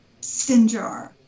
sinjar